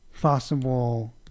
possible